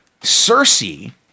Cersei